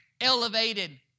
elevated